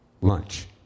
Lunch